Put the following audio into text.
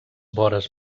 vores